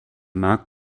markt